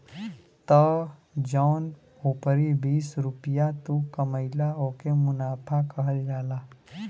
त जौन उपरी बीस रुपइया तू कमइला ओके मुनाफा कहल जाला